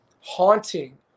haunting